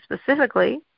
specifically